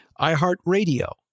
iHeartRadio